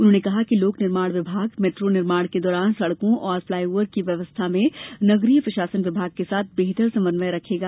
उन्होंने कहा कि लोक निर्माण विभाग मेट्रो निर्माण के दौरान सड़कों और फ्लाई ओवर की व्यवस्था में नगरीय प्रशासन विभाग के साथ बेहतर समन्वय रखेगा